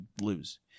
lose